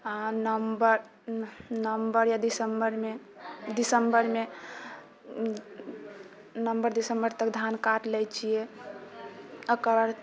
नवम्बर नवम्बर या दिसम्बरमे दिसम्बरमे नवम्बर दिसम्बर तक धान काट लै छियै ओकरबाद